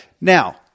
now